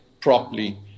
properly